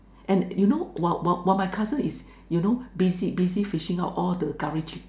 and you know while while my cousin is you know busy busy fishing out all the Curry Chicken